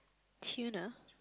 tuna